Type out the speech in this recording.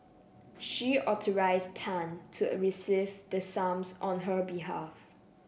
she authorised Tan to receive the sums on her behalf